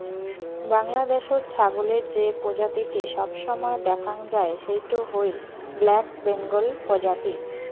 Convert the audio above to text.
বাংলাদ্যাশত ছাগলের যে প্রজাতিটি সবসময় দ্যাখাং যাই সেইটো হইল ব্ল্যাক বেঙ্গল প্রজাতি